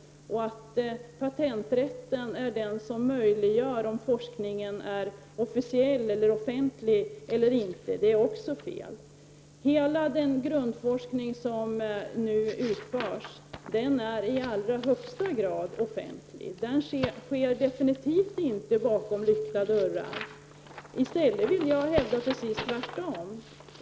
Också påståendet om att patenträtten är avgörande för om forskningen blir offentlig eller inte är felaktigt. Hela den grundforskning som nu utförs är i allra högsta grad offentlig. Den sker definitivt inte bakom lyckta dörrar. I stället vill jag hävda att det är precis tvärtom.